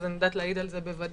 אז אני יודעת להעיד על זה בוודאי